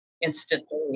instantly